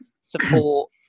support